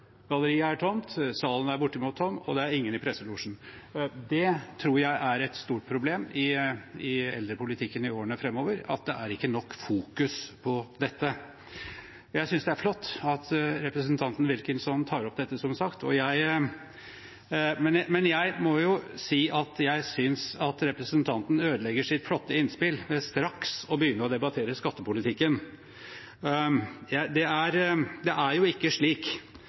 galleriet er tomt, salen er bortimot tom, og det er ingen i presselosjen. Det tror jeg er et stort problem i eldrepolitikken i årene framover, at det ikke er nok fokus på dette. Jeg synes som sagt det er flott at representanten Wilkinson tar opp dette, men jeg må si at jeg synes representanten ødelegger sitt flotte innspill ved straks å begynne å debattere skattepolitikken. Det er ikke slik at det regjeringen deler ut, som det heter, i skattekroner til de rikeste i samfunnet, er